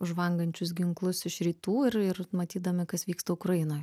žvangančius ginklus iš rytų ir ir matydami kas vyksta ukrainoj